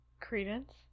Credence